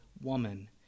woman